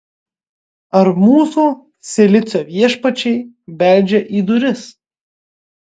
ar mūsų silicio viešpačiai beldžia į duris